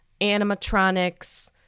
animatronics